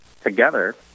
together